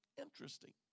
Interesting